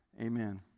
amen